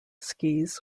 skis